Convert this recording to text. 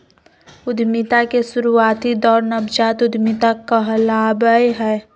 उद्यमिता के शुरुआती दौर नवजात उधमिता कहलावय हय